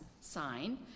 sign